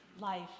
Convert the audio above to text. life